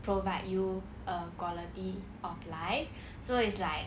provide you a quality of life so it's like